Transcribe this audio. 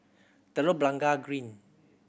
Telok Blangah Green